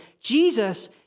Jesus